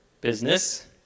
business